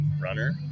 runner